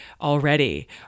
already